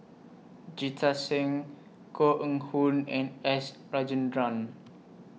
Jita Singh Koh Eng Hoon and S Rajendran